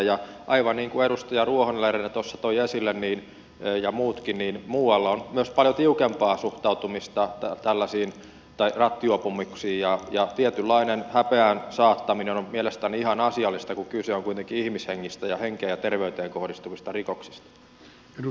ja aivan niin kuin edustaja ruohonen lerner tuossa toi esille ja muutkin muualla on myös paljon tiukempaa suhtautumista tällaisiin rattijuopumuksiin ja tietynlainen häpeään saattaminen on mielestäni ihan asiallista kun kyse on kuitenkin ihmishengistä ja henkeen ja terveyteen kohdistuvista rikoksista